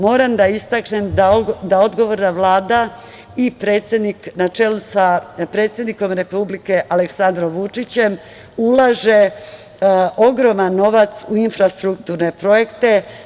Moram da istaknem da odgovorna Vlada i na čelu sa predsednikom Republike Aleksandrom Vučićem ulaže ogroman novac u infrastrukturne projekte.